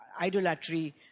idolatry